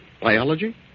Biology